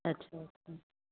अच्छा अच्छा